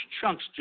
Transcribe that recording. chunks